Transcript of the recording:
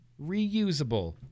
Reusable